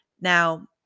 Now